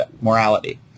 Morality